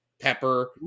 pepper